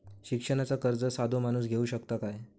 शिक्षणाचा कर्ज साधो माणूस घेऊ शकता काय?